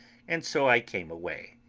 and so i came away.